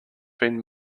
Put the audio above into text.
been